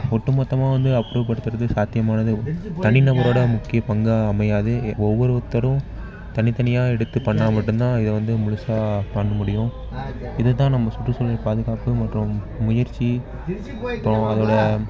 ஒட்டு மொத்தமாக வந்து அப்புறப்படுத்துறது சாத்தியமானது தனிநபரோட முக்கிய பங்காக அமையாது ஒவ்வொருத்தரும் தனித்தனியாக எடுத்து பண்ணால் மட்டும் தான் இதை வந்து முழுசாக பண்ண முடியும் இததான் நம்ம சுற்றுச்சூழல் பாதுகாப்பு மற்றும் முயற்சி அப்புறம் அதில்